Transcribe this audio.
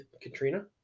Katrina